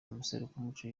amaserukiramuco